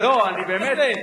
לא, באמת.